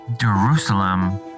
Jerusalem